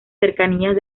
cercanías